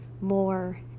more